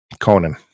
Conan